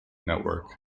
network